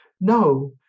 No